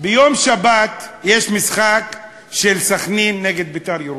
ביום שבת יש משחק של "בני סח'נין" נגד "בית"ר ירושלים"